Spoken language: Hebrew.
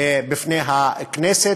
בפני הכנסת.